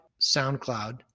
SoundCloud